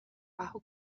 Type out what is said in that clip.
bajo